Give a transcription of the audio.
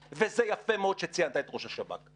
השב"כ, וזה יפה מאוד שציינת את ראש השב"כ.